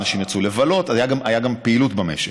אנשים יצאו לבלות והייתה גם פעילות במשק.